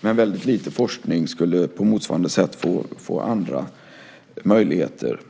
men väldigt lite forskning skulle på motsvarande sätt få andra möjligheter.